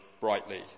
brightly